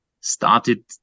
started